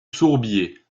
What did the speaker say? sourbier